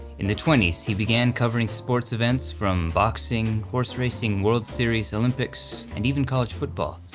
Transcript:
in the twenty s he began covering sports events from boxing, horse-racing, world series, olympics, and even college football.